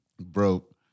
broke